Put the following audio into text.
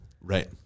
Right